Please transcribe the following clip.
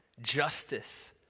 justice